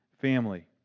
family